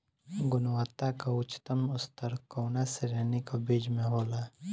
गुणवत्ता क उच्चतम स्तर कउना श्रेणी क बीज मे होला?